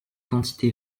quantité